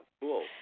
cool